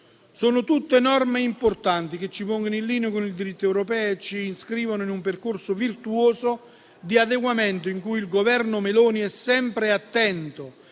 Sono tutte norme importanti che ci pongono in linea con il diritto europeo e ci iscrivono in un percorso virtuoso di adeguamento in cui il Governo Meloni è sempre attento,